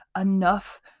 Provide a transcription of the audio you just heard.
enough